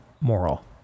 moral